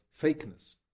fakeness